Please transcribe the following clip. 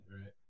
Right